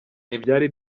ntibyari